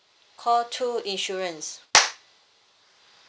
call two insurance